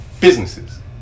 businesses